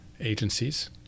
agencies